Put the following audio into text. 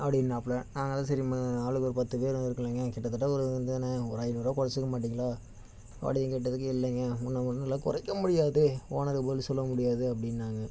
அப்படின்னாப்புல நாங்களும் சரி ஆளுக்கு ஒரு பத்து பேர் வந்திருக்கோம் இல்லைங்க கிட்டத்தட்ட ஒரு இதான ஒரு ஐநூறுபா குறச்சிக்க மாட்டிங்களா அப்படின் கேட்டதுக்கு இல்லைங்க ஒன்று ஒன்றுல்ல குறைக்க முடியாது ஓனருக்கு பதில் சொல்ல முடியாது அப்படின்னாங்க